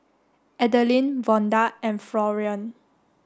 Adeline Vonda and Florian